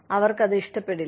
അവർക്കത് ഇഷ്ടപ്പെടില്ല